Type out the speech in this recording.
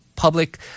public